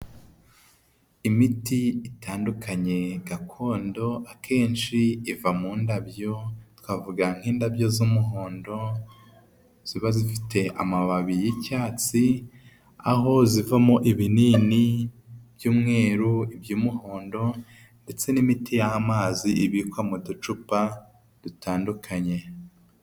Imiti itandukanye gakondo, akenshi iva mu ndabyo, twavuga nk'indabyo z'umuhondo ziba zifite amababi y'icyatsi, aho zivamo ibinini by'umweru, iby'umuhondo, ndetse n'imiti y'amazi ibikwa mu ducupa dutandukanye.